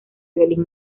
violín